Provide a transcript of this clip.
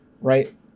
right